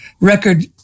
record